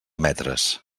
metres